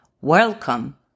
Welcome